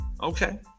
Okay